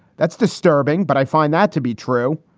that's disturbing. but i find that to be true,